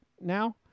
now